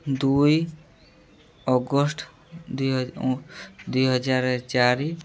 ଦୁଇ ଅଗଷ୍ଟ ଦୁଇ ହଜାରେ ଚାରି